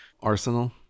Arsenal